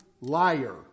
liar